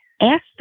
ask